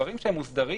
בדברים שהם ממש מוסדרים,